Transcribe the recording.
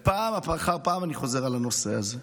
פעם אחר פעם אני חוזר על הנושא הזה.